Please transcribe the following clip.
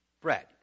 Bread